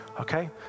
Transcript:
Okay